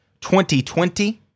2020